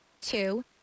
two